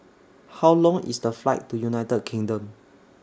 How Long IS The Flight to United Kingdom